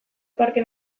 parke